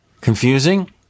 Confusing